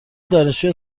دانشجوی